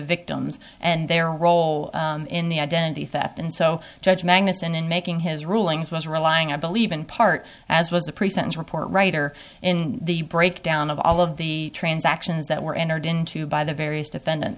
victims and their role in the identity theft and so judge magnussen in making his rulings was relying i believe in part as was the pre sentence report writer in the breakdown of all of the transactions that were entered into by the various defendant